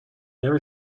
never